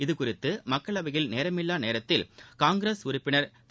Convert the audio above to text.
இதுகுறித்து மக்களவையில் நேரமில்லா நேரத்தில் காங்கிரஸ் உறுப்பினர் திரு